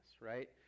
right